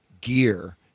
gear